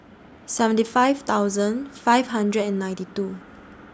seventy five thousand five hundred and ninety two